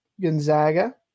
Gonzaga